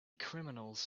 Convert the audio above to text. criminals